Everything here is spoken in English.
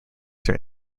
their